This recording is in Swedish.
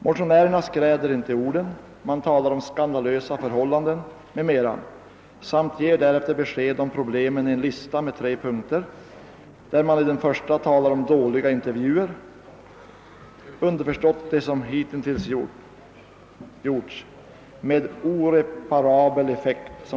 Motionärerna skräder inte orden utan talar bl.a. om skandalösa förhållanden, varefter de presenterar en lista över problemen, uppställda i tre punkter. I den första talas det om dåliga intervjuer — underförstått de som hittills gjorts — med som det heter i regel oreparabla effekter.